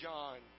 John